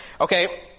okay